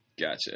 Gotcha